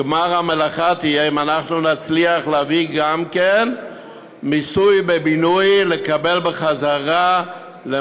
גמר המלאכה יהיה אם אנחנו נצליח להביא גם לכך שנקבל בחזרה מס